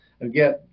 Again